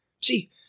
See